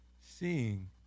seeing